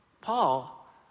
Paul